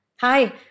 Hi